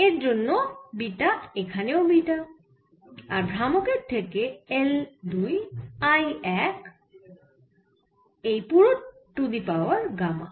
এর জন্য বিটা এখানেও বিটা আর ভ্রামকের থেকে L দুই I এক টু দি পাওয়ার গামা